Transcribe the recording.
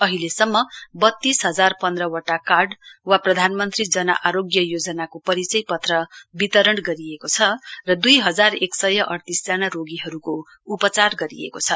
अहिलेसम्म बतीस हजार पन्ध्रवटा कार्ड वा प्रधानमन्त्री जन आरोग्य योजनाको परिचय पत्र वितरण गरिएको छ र द्ई हजार एक सय अइतीस जना रोगीहरूको उपचार गरिएको छ